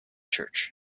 church